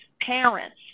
parents